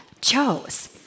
chose